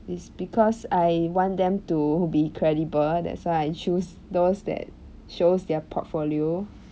it's because I want them to be credible that's why I choose those that shows their portfolio